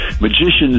Magicians